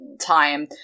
time